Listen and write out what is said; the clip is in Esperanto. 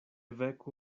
veku